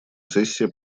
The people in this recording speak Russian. сессия